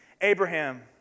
Abraham